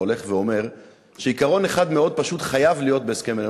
הולך ואומר שעיקרון אחד מאוד פשוט חייב להיות בהסכם בינינו